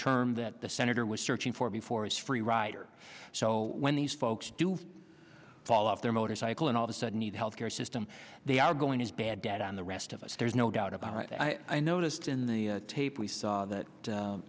term that the senator was searching for before is free rider so when these folks fall off their motorcycle and all the sudden need health care system they are going as bad debt on the rest of us there's no doubt about it i noticed in the tape we saw that